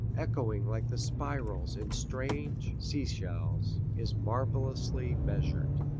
echoing like the spirals in strange seashells, is marvellously measured.